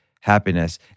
happiness